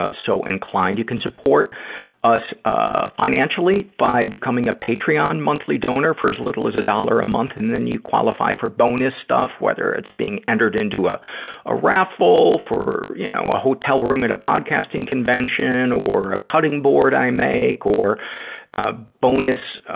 ah so inclined. you can support us, ah, financially by becoming a patreon monthly donor for as little as a dollar a month. and then you qualify for bonus stuff, whether it's being entered into a a raffle for, you know, a hotel room at a podcasting convention or a cutting board i make or a bonus, ah,